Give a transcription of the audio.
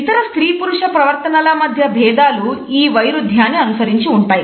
ఇతర స్త్రీ పురుష ప్రవర్తనల మధ్య భేదాలు ఈ వైరుధ్యాన్ని అనుసరించి ఉంటాయి